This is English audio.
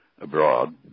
abroad